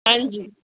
ਹਾਂਜੀ